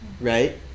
right